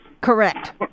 Correct